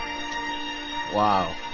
Wow